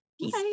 Peace